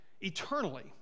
eternally